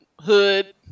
Hood